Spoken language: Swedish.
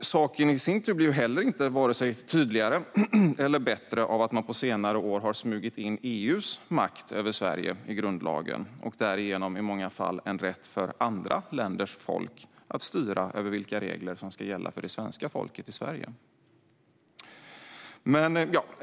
Saken blir inte heller vare sig tydligare eller bättre av att man på senare år har smugit in EU:s makt över Sverige i grundlagen och därigenom i många fall en rätt för andra länders folk att styra över vilka regler som ska gälla för det svenska folket i Sverige.